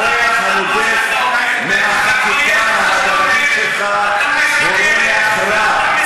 הריף הנודף מהחקיקה ההדרתית שלך הוא ריח רע.